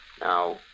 Now